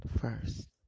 first